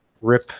rip